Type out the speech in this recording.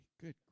Good